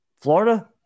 Florida